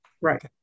Right